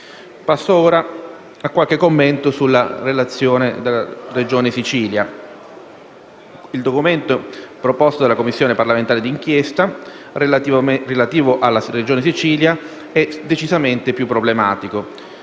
Passo ora a qualche commento sulla relazione riguardante la Regione Siciliana. Il documento proposto dalla Commissione parlamentare d'inchiesta relativo alla Regione Siciliana è decisamente più problematico.